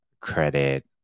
credit